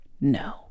No